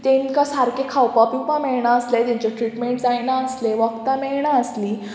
तांकां सारकें खावपा पिवपा मेळणासलें तेंचें ट्रिटमेंट जायनासलें वखदां मेळणासलीं